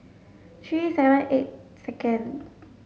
three seven eight second